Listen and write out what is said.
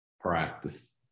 Practice